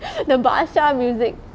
that bashaa music